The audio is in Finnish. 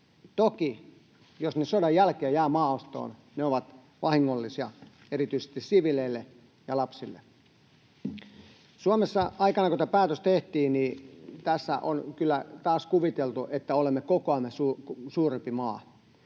Toki jos ne sodan jälkeen jäävät maastoon, ne ovat vahingollisia erityisesti siviileille, kuten lapsille. Suomessa, aikanaan kun tämä päätös tehtiin, tässä on kyllä taas kuviteltu, että olemme kokoamme suurempi maa.